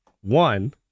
One